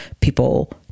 People